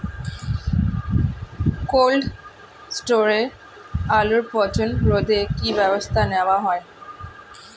Cold স্টোরে আলুর পচন রোধে কি ব্যবস্থা নেওয়া হয়?